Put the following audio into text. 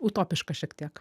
utopiška šiek tiek